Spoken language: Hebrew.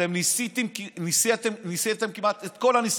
אתם ניסיתם כמעט את כל הניסיונות,